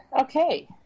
okay